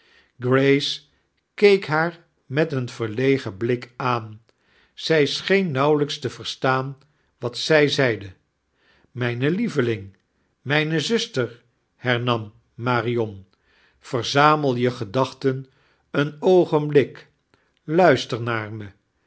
grace keek haar met een verlegen blik aan zij scheen nauwelijks te verstaan wat zij zeide mijne lieveling mijne znsitier hea nam marion verzamel je gedaohten een oogenfolik blister naar me